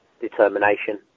determination